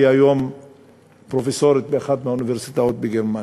היא היום פרופסורית באחת מהאוניברסיטאות בגרמניה.